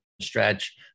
stretch